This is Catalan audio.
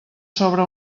sobre